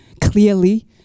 clearly